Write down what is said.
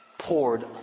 poured